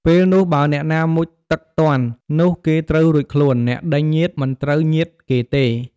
ពេលនោះ បើអ្នកណាមុជទឹកទាន់ នោះគេត្រូវរួចខ្លួន អ្នកដេញញៀចមិនត្រូវញៀចគេទេ។